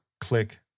click